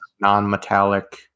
non-metallic